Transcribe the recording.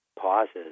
pauses